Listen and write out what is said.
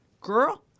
Girl